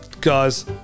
guys